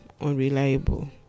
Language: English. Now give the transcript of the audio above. unreliable